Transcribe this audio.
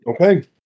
Okay